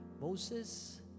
Moses